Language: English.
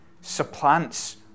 supplants